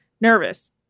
nervous